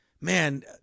man